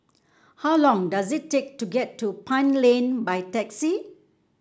how long does it take to get to Pine Lane by taxi